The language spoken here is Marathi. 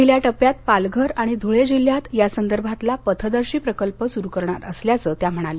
पहिल्या टप्प्यात पालघर आणि धुळे जिल्ह्यात यासंदर्भातला पथदर्शी प्रकल्प सुरू करणार असल्याचं त्या महानल्या